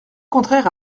contraire